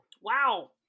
Wow